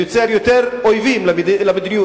ויוצר יותר אויבים למדיניות שלה.